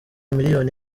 miliyoni